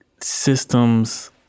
systems